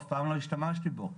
אף פעם לא השתמשתי בו.